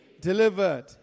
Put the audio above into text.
delivered